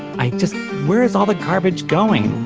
i just where is all the garbage going?